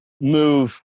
move